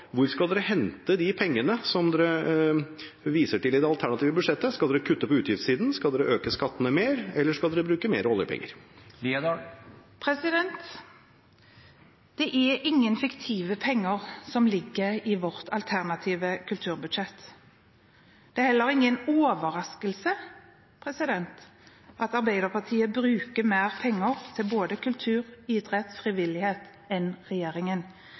Hvor skal Arbeiderpartiet hente de pengene som de viser til i det alternative budsjettet? Skal de kutte på utgiftssiden? Skal de øke skattene mer? Eller skal de bruke mer oljepenger? Det er ingen fiktive penger som ligger i vårt alternative kulturbudsjett. Det er heller ingen overraskelse at Arbeiderpartiet bruker mer penger til både kultur, idrett og frivillighet enn regjeringen.